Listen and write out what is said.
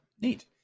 Neat